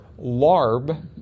larb